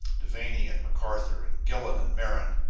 devanny and mcarthur, and gillon and merron,